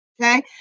okay